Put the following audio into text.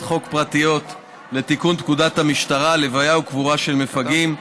חוק פרטיות לתיקון פקודת המשטרה (לוויה וקבורה של מפגעים)